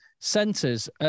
Centres